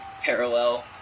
parallel